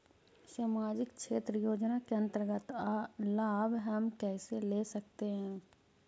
समाजिक क्षेत्र योजना के अंतर्गत लाभ हम कैसे ले सकतें हैं?